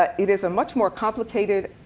but it is a much more complicated,